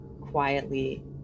quietly